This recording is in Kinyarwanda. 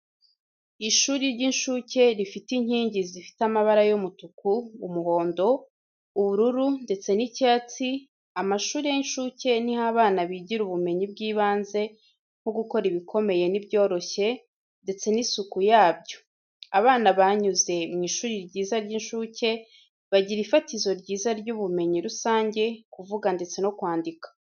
Ishuri ry'incuke rifite inkingi zifite amabara y'umutuku, umuhondo, ubururu ndetse n'icyatsi, amashuri y'incuke ni ho abana bigira ubumenyi bw'ibanze nko gukora ibikomeye n'ibyoroshye ndetse n'isuku yabyo, abana banyuze mu ishuri ryiza ry'incuke bagira ifatizo ryiza ry'ubumenyi rusange, kuvuga ndetse no kwandika.